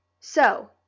So